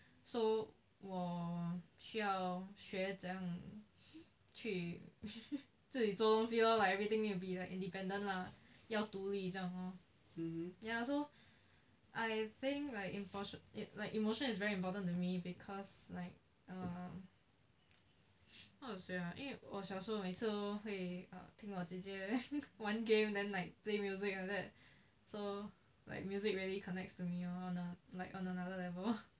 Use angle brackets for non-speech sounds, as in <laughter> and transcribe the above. so 我需要学怎样去 <laughs> 自己做东西 lor like everything need to be like independent lah 要独立这样喽 ya so I think like important emotion is very important to me because like err how to say ah 因为我小时候每次都会额听我姐姐 <laughs> 玩 game then like play music like that so music really connects to me one lah like on another level